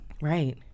right